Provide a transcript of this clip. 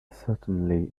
certainly